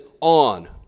on